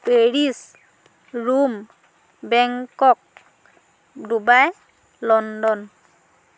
Paris Rome Bangkok Dubai London